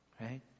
right